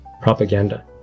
propaganda